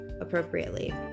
appropriately